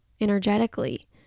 energetically